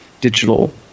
digital